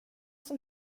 som